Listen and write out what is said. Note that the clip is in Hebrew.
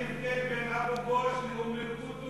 אין הבדל בין אבו-גוש לאום-אלקוטוף וליפו.